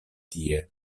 tie